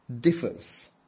differs